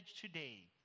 today